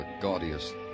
gaudiest